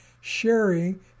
sharing